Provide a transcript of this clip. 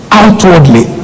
outwardly